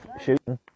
shooting